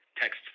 Text